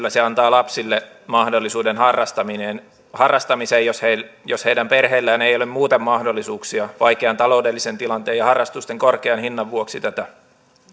se antaa lapsille mahdollisuuden harrastamiseen harrastamiseen jos heidän perheillään ei ole muuten mahdollisuuksia vaikean taloudellisen tilanteen ja harrastusten korkean hinnan vuoksi